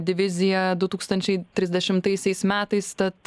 diviziją du tūkstančiai trisdešimtaisiais metais tad